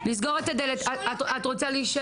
מנהלת המטה למאבק בסחר